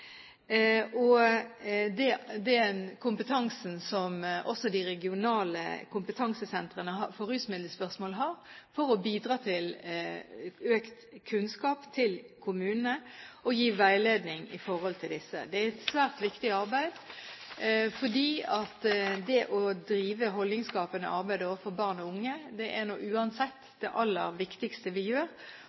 og også den kompetansen som de regionale kompetansesentrene for rusmiddelspørsmål har, for å bidra til økt kunnskap hos kommunene og gi veiledning til disse. Det er et svært viktig arbeid. Det å drive holdningsskapende arbeid overfor barn og unge er nå uansett det aller viktigste vi gjør,